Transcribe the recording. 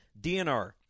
DNR